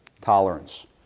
Tolerance